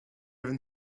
even